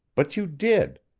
but you did.